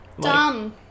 dumb